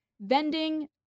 vending